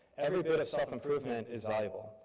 every bit of self-improvement is valuable.